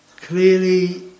clearly